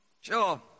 Sure